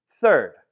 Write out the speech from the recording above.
Third